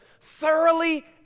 thoroughly